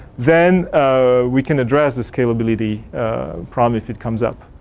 then ah we can address the scalability problem if it comes up.